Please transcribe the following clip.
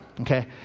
okay